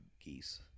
geese